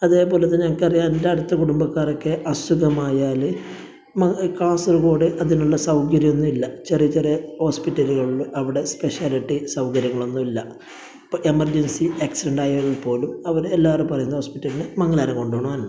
അതേപോലെതന്നെ എനിക്കറിയാം എൻ്റെ അടുത്ത കുടുംബക്കാരൊക്കെ അസുഖമായാല് കാസർഗോഡ് അതിണുള്ള സൗകര്യമൊന്നുമില്ല ചെറിയ ചെറിയ ഹോസ്പിറ്റലുകളില് അവിടെ സ്പെഷ്യാലിറ്റി സൗകര്യങ്ങളൊന്നുമില്ല അപ്പോൾ എമർജൻസി ആക്സിഡന്റായാൽ പോലും അവര് എല്ലാവരും പറയുന്ന ഹോസ്പിറ്റലില് മംഗലാപുരം കൊണ്ടുപോണതാണ് നല്ലത്